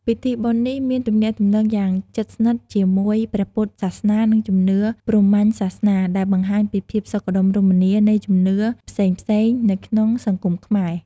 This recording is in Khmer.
ពិធីបុណ្យនេះមានទំនាក់ទំនងយ៉ាងជិតស្និទ្ធជាមួយព្រះពុទ្ធសាសនា និងជំនឿព្រាហ្មណ៍សាសនា ដែលបង្ហាញពីភាពសុខដុមរមនានៃជំនឿផ្សេងៗនៅក្នុងសង្គមខ្មែរ។